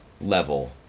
level